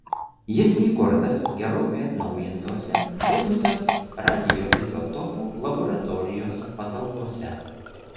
jis įkurtas gerokai atnaujintose buvusios radioizotopų laboratorijos patalpose